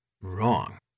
Wrong